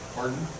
Pardon